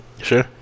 Sure